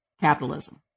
capitalism